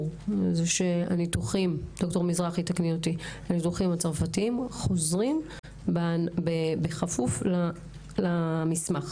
היא שהניתוחים הצרפתיים חוזרים בכפוף למסמך,